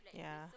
yeah